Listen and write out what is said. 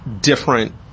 different